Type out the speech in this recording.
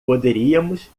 poderíamos